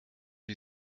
die